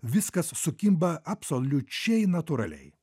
viskas sukimba absoliučiai natūraliai